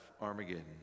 Armageddon